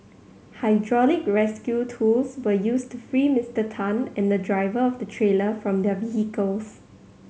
hydraulic rescue tools were used to free Mister Tan and the driver of the trailer from their vehicles